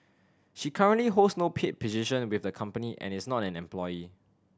she currently holds no paid position with the company and is not an employee